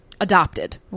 Adopted